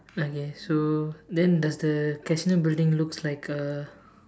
uh yes so then does the casino building looks like a